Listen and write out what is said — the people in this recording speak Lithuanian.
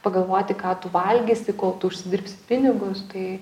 pagalvoti ką tu valgysi kol tu užsidirbsi pinigus tai